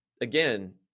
again